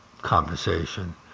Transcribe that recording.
conversation